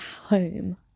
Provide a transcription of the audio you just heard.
home